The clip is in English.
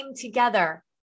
together